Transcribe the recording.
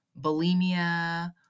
bulimia